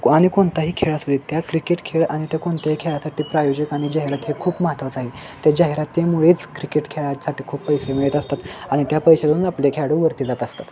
आणि कोणताही खेळ असू दे त्या क्रिकेट खेळ आणि त्या कोणत्याही खेळासाठी प्रायोजिक आणि जाहिरात हे खूप महत्त्वाचं आहे त्या जाहिरातीमुळेच क्रिकेट खेळासाठी खूप पैसे मिळत असतात आणि त्या पैशातून आपले खेळाडू वरती जात असतात